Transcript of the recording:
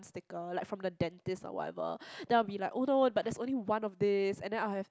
sticker like from the dentist or whatever then I will be like oh no but that is only one of this then I have